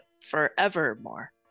forevermore